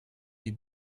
die